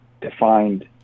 defined